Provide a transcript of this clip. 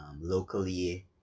locally